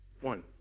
One